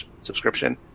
subscription